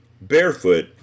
Barefoot